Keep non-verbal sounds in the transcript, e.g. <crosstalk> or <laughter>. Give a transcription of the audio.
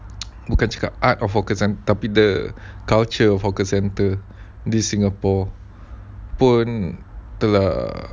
<noise> bukan cakap I focus hawker centre tapi the culture of hawker centre di singapore pun telah